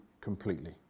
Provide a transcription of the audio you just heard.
completely